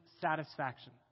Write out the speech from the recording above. satisfaction